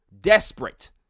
Desperate